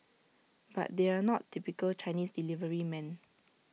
but they're not typical Chinese deliverymen